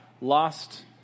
lost